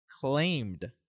claimed